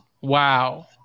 Wow